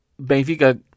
Benfica